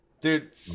Dude